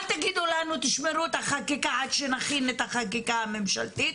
אל תגידו לנו לשמור את החקיקה עד שתכינו את החקיקה הממשלתית,